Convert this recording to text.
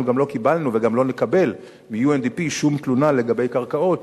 אנחנו גם לא קיבלנו ולא נקבל מ-UNDP שום תלונה לגבי קרקעות,